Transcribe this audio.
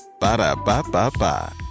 Ba-da-ba-ba-ba